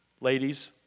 Ladies